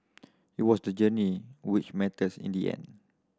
it was the journey which matters in the end